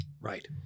Right